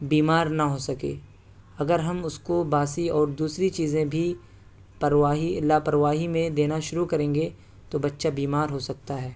بیمار نہ ہو سکے اگر ہم اس کو باسی اور دوسری چیزیں بھی پرواہی لاپرواہی میں دینا شروع کریں گے تو بچہ بیمار ہو سکتا ہے